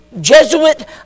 Jesuit